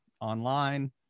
online